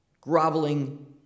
groveling